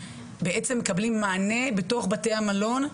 בעצם מקבלים מענה בתוך בתי המלון.